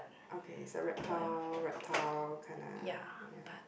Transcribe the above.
okay it's a reptile reptile kinda ya